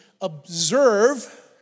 observe